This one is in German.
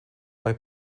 bei